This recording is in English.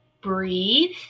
breathe